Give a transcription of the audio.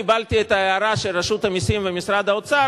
קיבלתי את ההערה של רשות המסים ומשרד האוצר